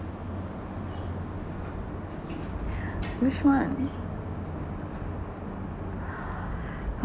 which one